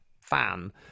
fan